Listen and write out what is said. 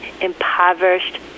impoverished